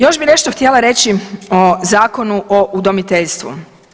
Još bi nešto htjela reći o Zakonu o udomiteljstvu.